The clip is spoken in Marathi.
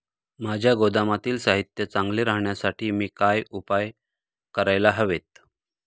माझ्या गोदामातील साहित्य चांगले राहण्यासाठी मी काय उपाय काय करायला हवेत?